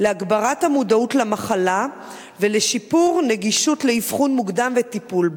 להגברת המודעות למחלה ולשיפור הנגישות לאבחון מוקדם ולטיפול בה.